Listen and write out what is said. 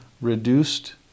reduced